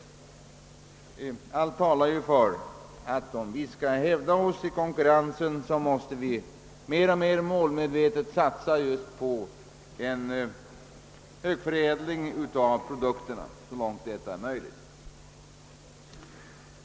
Allt talar ju för att vi, om vi skall kunna hävda oss i konkurrensen, mer och mer målmedvetet måste satsa på en högförädling av produkterna så långt detta är möjligt.